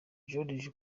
joriji